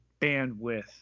bandwidth